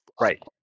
right